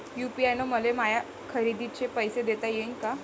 UPI न मले माया खरेदीचे पैसे देता येईन का?